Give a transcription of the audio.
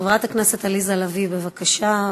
חברת הכנסת עליזה לביא, בבקשה.